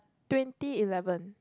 twenty eleven